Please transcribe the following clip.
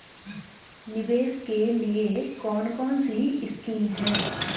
निवेश के लिए कौन कौनसी स्कीम हैं?